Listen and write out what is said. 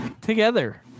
together